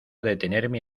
detenerme